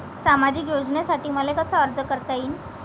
सामाजिक योजनेसाठी मले कसा अर्ज करता येईन?